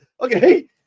Okay